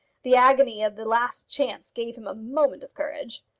the agony of the last chance gave him a moment of courage.